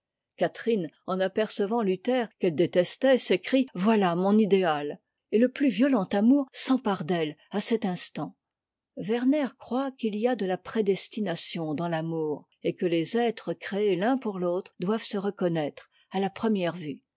catherine en apercevant luther qu'elle détestait s'écrie voità mon idéat et le plus violent amour s'empare d'elle à cet instant werner croit qu'il y a de la prédestination dans l'amour et que les êtres créés l'un pour l'autre doivent se reconnaître à la première vue